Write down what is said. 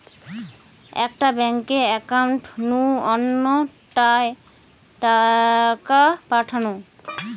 একটা bank account নু অন্য টায় টাকা পাঠানো